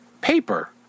paper